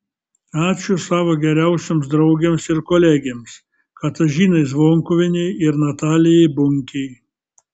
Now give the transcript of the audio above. ačiū savo geriausioms draugėms ir kolegėms katažinai zvonkuvienei ir natalijai bunkei